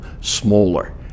smaller